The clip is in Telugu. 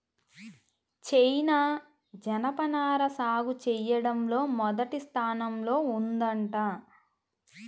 చైనా జనపనార సాగు చెయ్యడంలో మొదటి స్థానంలో ఉందంట